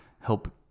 help